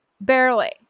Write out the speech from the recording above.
Barely